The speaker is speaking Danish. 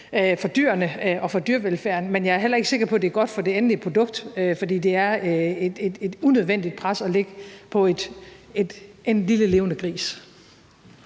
for dyrene og dyrevelfærden, men jeg er heller ikke sikker på, at det er godt for det endelige produkt. For det er et unødvendigt pres at lægge på en lille levende gris.